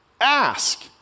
ask